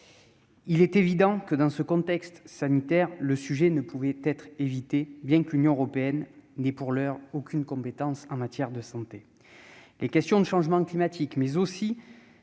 de covid-19. Dans ce contexte sanitaire, le sujet ne pouvait être évité, bien que l'Union européenne n'ait, pour l'heure, aucune compétence en matière de santé. Les questions relatives au changement climatique, ainsi